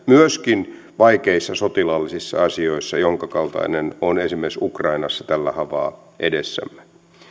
myöskin vaikeissa sotilaallisissa asioissa jonka kaltainen on esimerkiksi ukrainassa tällä haavaa edessämme